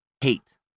hate